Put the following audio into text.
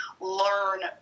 learn